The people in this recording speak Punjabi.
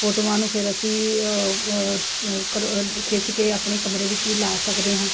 ਫੋਟੋਆਂ ਨੂੰ ਫਿਰ ਅਸੀਂ ਕਰ ਖਿੱਚ ਕੇ ਆਪਣੇ ਕਮਰੇ ਵਿੱਚ ਵੀ ਲਾ ਸਕਦੇ ਹਾਂ